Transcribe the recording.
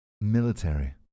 military